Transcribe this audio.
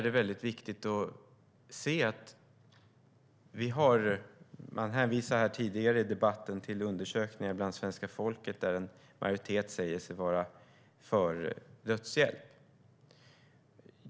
Det hänvisades här tidigare i debatten till undersökningar bland svenska folket där en majoritet säger sig vara för dödshjälp.